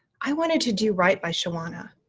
i wanted to do right by shawana.